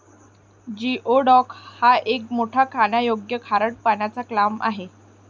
geoduck हा एक मोठा खाण्यायोग्य खारट पाण्याचा क्लॅम आहे